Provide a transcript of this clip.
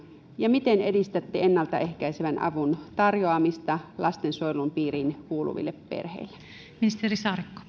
ja miten edistätte ennalta ehkäisevän avun tarjoamista lastensuojelun piiriin kuuluville perheille